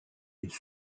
les